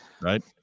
Right